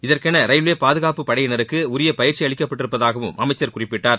இதன்கென railway பாதுகாப்புப்படையினருக்கு உரிய பயிற்சி அளிக்கப்பட்டிருப்பதாகவும் அமைச்சர் குறிப்பிட்டார்